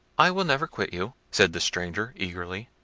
i will never quit you, said the stranger eagerly,